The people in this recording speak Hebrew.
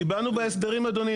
קיבלנו בהסדרים אדוני,